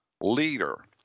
leader